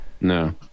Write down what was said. no